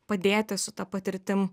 padėti su ta patirtim